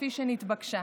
כפי שנתבקשה,